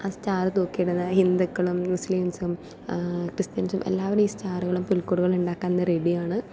ആ സ്റ്റാർ തൂക്കിയിടുന്ന ഹിന്ദുക്കളും മുസ്ലിംസും ക്രിസ്ത്യൻസും എല്ലാവരും ഈ സ്റ്റാറുകളും പുൽകൂടുകളും ഉണ്ടാക്കാന് റെഡിയാണ്